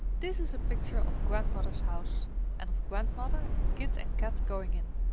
this is a picture of grandmother's house and of grandmother and kit and kat going in.